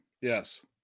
Yes